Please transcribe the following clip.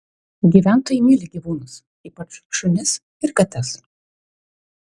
gyventojai myli gyvūnus ypač šunis ir kates